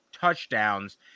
touchdowns